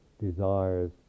desires